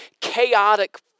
chaotic